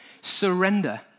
Surrender